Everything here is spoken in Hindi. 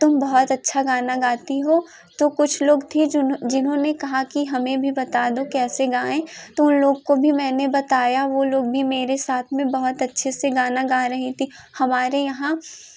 तुम बहुत अच्छा गाना गाती हो तो कुछ लोग थीं जिन्होंने कहा कि हमें भी बता दो कैसे गाएँ तो उन लोग को भी मैंने बताया वो लोग भी मेरे साथ में बहुत अच्छे से गाना गा रहीं थीं हमारे यहाँ